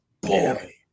Boy